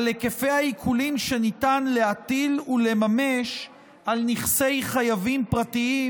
על היקפי העיקולים שניתן להטיל ולממש על נכסי חייבים פרטיים,